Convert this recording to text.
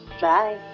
Bye